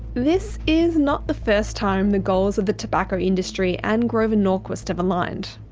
this is not the first time the goals of the tobacco industry and grover norquist have aligned.